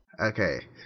Okay